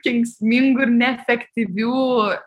kenksmingų ir neefektyvių